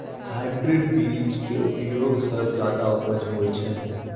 hybrid बीज के उपयोग सॅ ज्यादा उपज होय छै